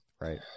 Right